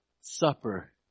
supper